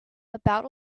about